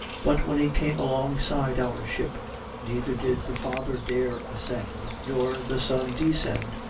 but when he came alongside our ship neither did the father dare ascend nor the son descend,